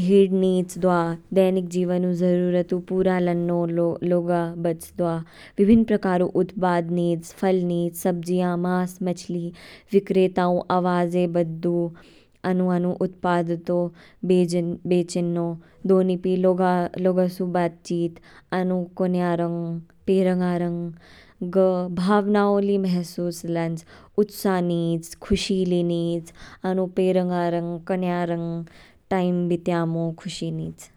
भीड़ निच, दवा दैनिक जीवन ऊ जरुरत ऊ पूरा लान्नौ लौगा बच, दवा विभिन्न प्रकारउ उत्पाद निच, फल निच सब्जियां, मांस मछली, विक्रेता ऊ आवाजे बद दु, आनु आनु उत्पाद ऊ। बेचैन्नो, दोनिपी लौगस ऊ बात चीत, आनु कौनया रंग, पेरंगा रंग। ग भावनाओं ली महसूस लानच, उत्साह निच, खुशी निच, आनु पेरंगा रंग, कौनया रंग टाइम बितयैमो खुशी निच।